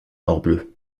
morbleu